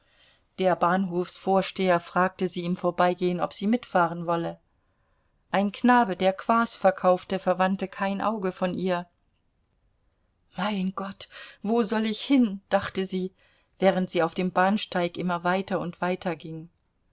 der bahnhofsvorsteher fragte sie im vorbeigehen ob sie mitfahren wolle ein knabe der kwaß verkaufte verwandte kein auge von ihr mein gott wo soll ich hin dachte sie während sie auf dem bahnsteig immer weiter und weiter ging